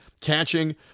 catching